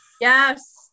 Yes